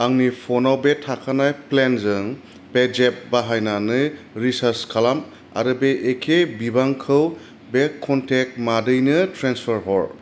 आंनि फ'नाव बे थाखानाय प्लेनजों पेजेप बाहायनानै रिसार्ज खालाम आरो बे एखे बिबांखौ बे क'नटेक्ट मादैनो ट्रेन्सफार हर